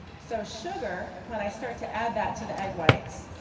so sugar, when i start to add that to the egg whites,